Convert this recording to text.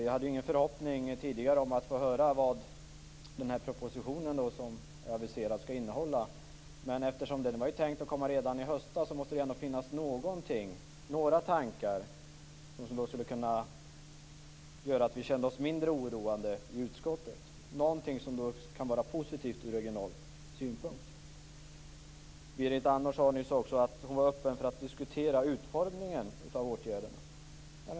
Jag hade ingen förhoppning om att få höra vad den aviserade propositionen skall innehålla, men eftersom den var tänkt att komma redan i höstas måste det finnas någonting i den, några tankar, något som kunde vara positivt från regional synpunkt och som kunde göra oss mindre oroade i utskottet. Berit Andnor sade också att hon var öppen för att diskutera utformningen av åtgärderna.